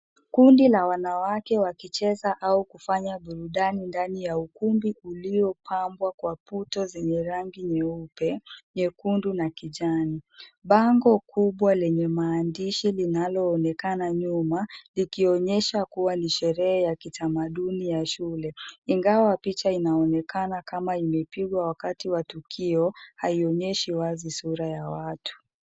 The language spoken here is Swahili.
Kundi la wanawake wakicheza au kufanya burudani ndani ya ukumbi uliopambwa kwa puto zenye rangi nyeupe, nyekundu na kijani, bango kubwa lenye maandishi linaloonekana nyuma likionyesha kuwa ni sherehe ya kitamaduni ya shule, ingawa picha inaonekama kama imepigwa wakati wa tukio haionyeshi wazi sura ya watu.